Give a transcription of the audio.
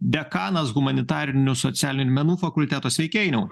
dekanas humanitarinių socialinių menų fakulteto sveiki ainiau